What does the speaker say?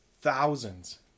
thousands